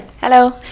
Hello